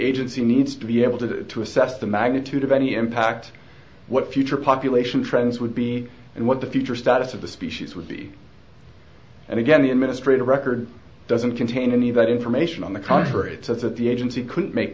agency needs to be able to do to assess the magnitude of any impact what future population trends would be and what the future status of the species would be and again the administrative record doesn't contain any of that information on the contrary it says that the agency couldn't make